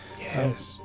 Yes